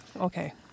Okay